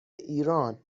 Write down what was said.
ایران